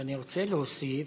ואני רוצה להוסיף,